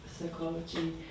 psychology